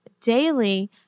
daily